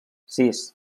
sis